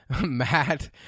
Matt